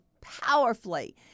powerfully